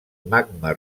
magma